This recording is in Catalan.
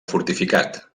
fortificat